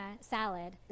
salad